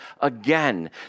again